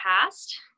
past